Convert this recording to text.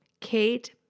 Kate